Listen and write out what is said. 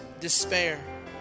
despair